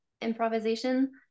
improvisation